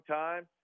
time